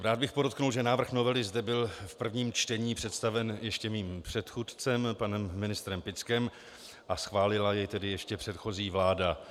Rád bych podotkl, že návrh novely zde byl v prvním čtení představen ještě mým předchůdcem panem ministrem Pickem a schválila jej tedy ještě předchozí vláda.